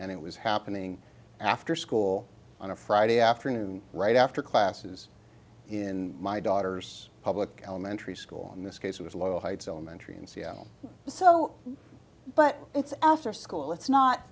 and it was happening after school on a friday afternoon right after classes in my daughter's public elementary school in this case was low heights elementary in seattle so but it's after school that's not